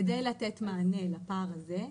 כדי לתת מענה לפער הזה.